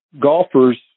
golfers